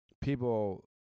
people